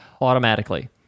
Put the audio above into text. automatically